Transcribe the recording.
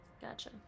Gotcha